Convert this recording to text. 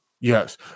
Yes